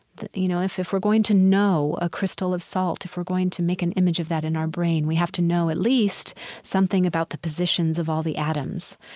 you know, if if we're going to know a crystal of salt, if we're going to make an image of that in our brain, we have to know at least something about the positions of all the atoms.